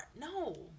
No